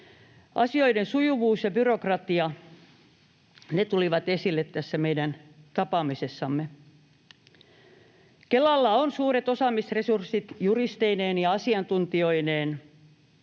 Asioiden sujuvuus ja byrokratia tulivat esille tässä meidän tapaamisessamme. Kelalla on suuret osaamisresurssit juristeineen ja asiantuntijoineen.